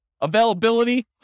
Availability